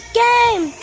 game